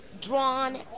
Drawn